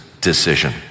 decision